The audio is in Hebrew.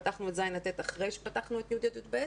פתחנו את ז' ט' אחרי שפתחנו את י' י"ב.